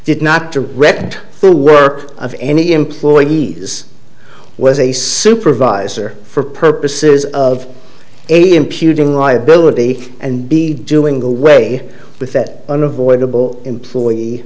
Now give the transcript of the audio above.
did not direct the work of any employees was a supervisor for purposes of a imputing liability and be doing away with that unavoidable employee